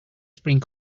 spring